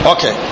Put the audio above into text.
Okay